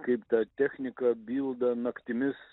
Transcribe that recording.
kaip ta technika bilda naktimis